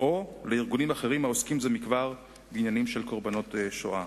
או לארגונים אחרים העוסקים זה כבר בעניינים של קורבנות השואה.